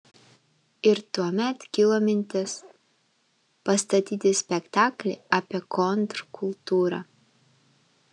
ir tuomet kilo mintis pastatyti spektaklį apie kontrkultūrą